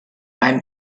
beim